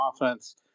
offense